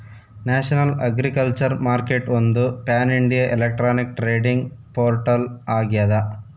national agriculture ಮಾರ್ಕೆಟ್ಒಂದು pan India electronic trading portal ಆಗ್ಯದ